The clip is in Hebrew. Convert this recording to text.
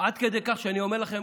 עד כדי כך שאני אומר לכם